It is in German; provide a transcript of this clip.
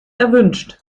erwünscht